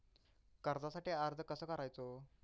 कर्जासाठी अर्ज कसो करायचो?